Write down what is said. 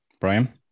Brian